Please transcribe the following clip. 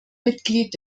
mitglied